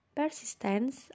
persistence